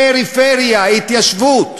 פריפריה, התיישבות.